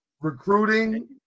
recruiting